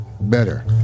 better